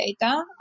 data